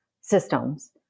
systems